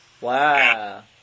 Wow